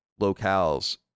locales